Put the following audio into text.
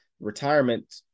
retirement